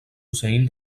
hussein